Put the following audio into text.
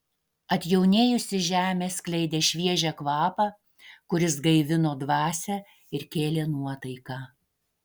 atjaunėjusi žemė skleidė šviežią kvapą kuris gaivino dvasią ir kėlė nuotaiką